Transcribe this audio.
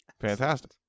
Fantastic